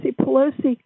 Pelosi